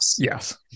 Yes